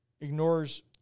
ignores